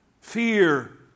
fear